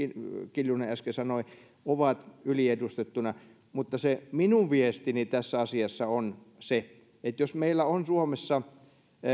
kiljunen äsken sanoi ovat yliedustettuina mutta se minun viestini tässä asiassa on se että jos meillä on suomessa